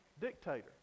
dictator